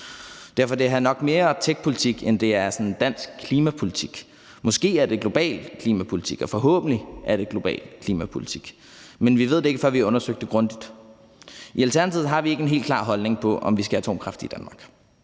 Derfor er det her nok mere techpolitik, end det sådan er dansk klimapolitik. Måske er det global klimapolitik, og forhåbentlig er det global klimapolitik, men vi ved det ikke, før vi har undersøgt det grundigt. I Alternativet har vi ikke en helt klar holdning til, om vi skal have atomkraft i Danmark.